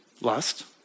lust